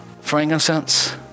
frankincense